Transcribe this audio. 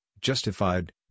justified